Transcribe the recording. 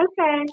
Okay